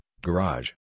garage